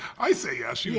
i say yes, she